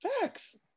Facts